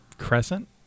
Crescent